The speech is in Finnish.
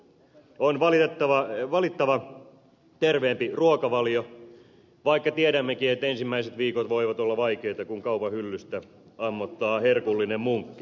on valittava terveempi ruokavalio vaikka tiedämmekin että ensimmäiset viikot voivat olla vaikeita kun kaupan hyllystä ammottaa herkullinen munkki